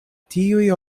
tiuj